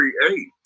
create